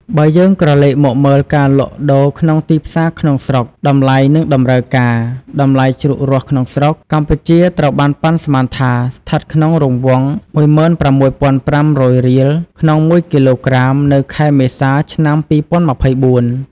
បើយើងក្រលេកមកមើលការលក់ដូរក្នុងទីផ្សារក្នុងស្រុកតម្លៃ និងតម្រូវការ តម្លៃជ្រូករស់ក្នុងស្រុកកម្ពុជាត្រូវបានប៉ាន់ស្មានថាស្ថិតក្នុងរង្វង់ ១៦,៥០០ រៀលក្នុងមួយគីឡូក្រាមនៅខែមេសា ឆ្នាំ ២០២៤។